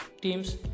teams